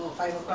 no